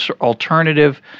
alternative